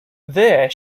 there